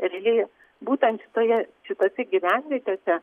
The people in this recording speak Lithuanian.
realiai būtent toje šitose gyvenvietėse